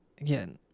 Again